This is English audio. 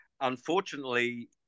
Unfortunately